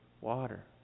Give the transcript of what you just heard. water